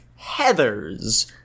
Heathers